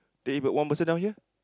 then if one person down here